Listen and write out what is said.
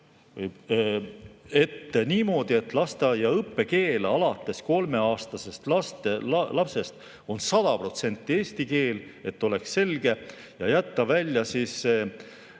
1 niimoodi, et lasteaia õppekeel alates kolmeaastastest lastest on 100% eesti keel, et oleks selge. Ja jätta välja §